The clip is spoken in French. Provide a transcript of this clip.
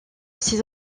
six